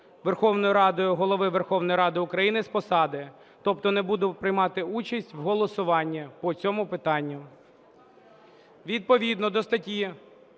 Верховною Радою Голови Верховної Ради України з посади. Тобто не буду приймати участь в голосуванні по цьому питанню. Відповідно до статті